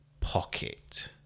pocket